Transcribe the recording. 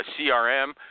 CRM